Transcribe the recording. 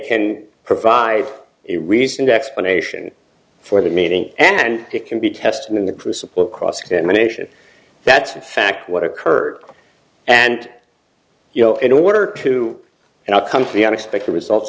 can provide a reasoned explanation for the meeting and it can be tested in the crucible of cross examination that's in fact what occurred and you know in order to and i'll come to the unexpected result